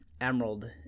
Emerald